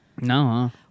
No